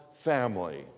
family